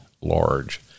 large